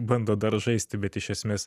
bando dar žaisti bet iš esmės